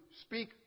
speak